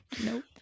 Nope